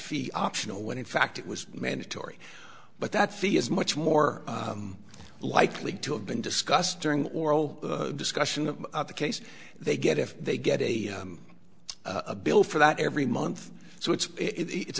fee optional when in fact it was mandatory but that fee is much more likely to have been discussed during oral discussion of the case they get if they get a a bill for that every month so it's it's